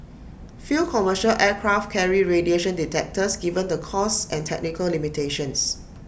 few commercial aircraft carry radiation detectors given the costs and technical limitations